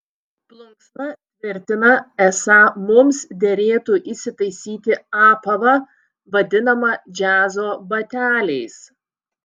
plunksna tvirtina esą mums derėtų įsitaisyti apavą vadinamą džiazo bateliais